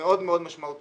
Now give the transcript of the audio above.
מאוד מאוד משמעותיים.